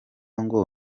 ngo